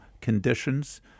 conditions